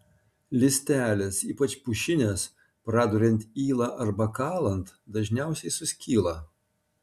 lystelės ypač pušinės praduriant yla arba kalant dažniausiai suskyla